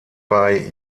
bei